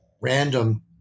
random